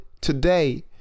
today